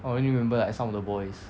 I only remember like some of the boys